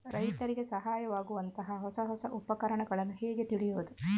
ರೈತರಿಗೆ ಸಹಾಯವಾಗುವಂತಹ ಹೊಸ ಹೊಸ ಉಪಕರಣಗಳನ್ನು ಹೇಗೆ ತಿಳಿಯುವುದು?